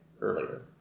earlier